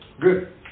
Good